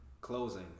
closing